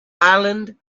island